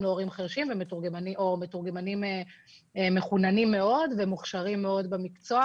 להורים חירשים או מתורגמנים מחוננים מאוד ומוכשרים מאוד במקצוע